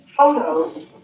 Photos